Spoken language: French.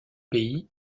pays